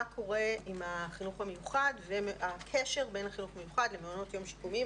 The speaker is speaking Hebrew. קורה עם החינוך המיוחד והקשר בין החינוך המיוחד למעונות יום שיקומיים,